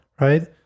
right